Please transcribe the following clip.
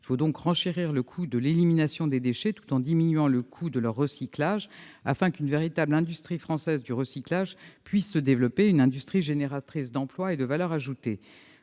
Il faut donc renchérir le coût de l'élimination des déchets tout en diminuant celui de leur recyclage, afin qu'une véritable industrie française du recyclage puisse se développer, une industrie génératrice d'emplois et de valeur ajoutée.